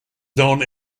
known